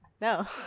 no